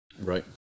Right